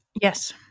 Yes